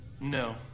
No